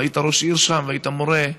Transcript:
והיית ראש עיר שם והיית מורה,